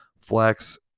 Flex